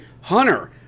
Hunter